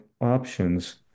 options